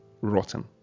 rotten